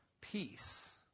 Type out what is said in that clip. peace